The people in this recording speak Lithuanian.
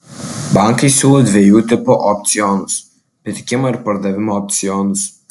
bankai siūlo dviejų tipų opcionus pirkimo ir pardavimo opcionus